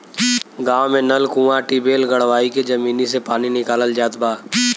गांव में नल, कूंआ, टिबेल गड़वाई के जमीनी से पानी निकालल जात बा